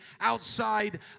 outside